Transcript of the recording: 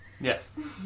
Yes